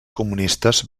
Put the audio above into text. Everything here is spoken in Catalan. comunistes